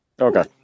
Okay